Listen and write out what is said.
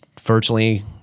virtually